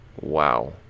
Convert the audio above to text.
wow